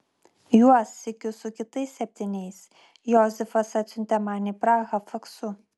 juos sykiu su kitais septyniais josifas atsiuntė man į prahą faksu